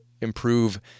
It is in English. improve